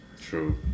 true